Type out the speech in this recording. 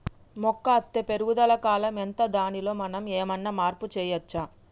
మొక్క అత్తే పెరుగుదల కాలం ఎంత దానిలో మనం ఏమన్నా మార్పు చేయచ్చా?